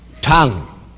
tongue